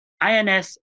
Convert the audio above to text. INS